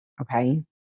okay